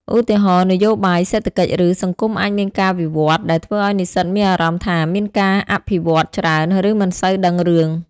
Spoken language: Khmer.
ឧទាហរណ៍ នយោបាយ សេដ្ឋកិច្ច ឬសង្គមអាចមានការវិវឌ្ឍន៍ ដែលធ្វើឱ្យនិស្សិតមានអារម្មណ៍ថាមានការអភិវឌ្ឍច្រើន ឬមិនសូវដឹងរឿង។